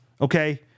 okay